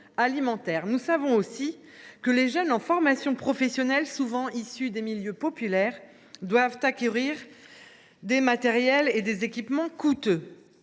Nous le savons aussi, les jeunes en formation professionnelle, souvent issus des milieux populaires, doivent acquérir des matériels et des équipements coûteux.